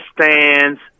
stands